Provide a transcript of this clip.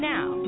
Now